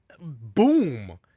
boom